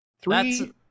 three